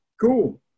Cool